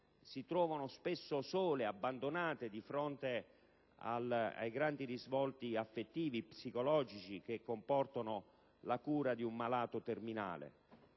si trovano spesso sole, abbandonate di fronte ai delicati risvolti affettivi e psicologici che comporta la cura di un malato terminale.